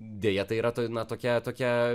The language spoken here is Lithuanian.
deja tai yra ta na tokia tokia